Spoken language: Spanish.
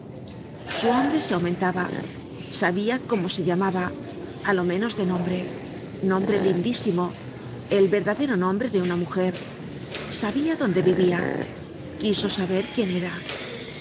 su hambre se aumentaba sabia cómo se llamaba á lo menos de nombre nombre lindísimo el verdadero nombre de una mujer sabia donde vivia quiso saber quién era